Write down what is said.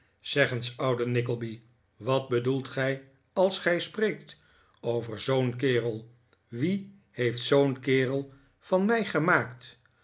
zeg eens oude nickleby wat bedoelt gij als gij spreekt over zoo'n kerel wie heeft zoo'n kerel van mij gemaakt